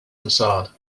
facade